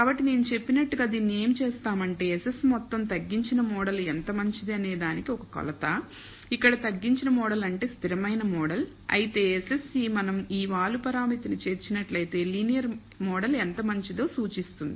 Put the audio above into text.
కాబట్టి నేను చెప్పినట్లుగా దీన్ని ఏమి చేస్తామంటే SS మొత్తం తగ్గించిన మోడలు ఎంత మంచిది అనేదానికి ఒక కొలత ఇక్కడ తగ్గించిన మోడల్ అంటే స్థిరమైన మోడల్ అయితే SSE మనం ఈ వాలు పరామితిని చేర్చినట్లయితే లీనియర్ మోడల్ ఎంత మంచిదో సూచిస్తుంది